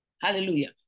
Hallelujah